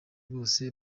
bose